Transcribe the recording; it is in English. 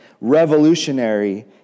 revolutionary